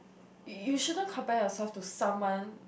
you shouldn't compare yourself to someone